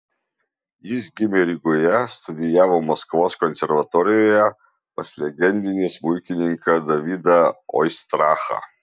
jis gimė rygoje studijavo maskvos konservatorijoje pas legendinį smuikininką davidą oistrachą